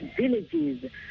villages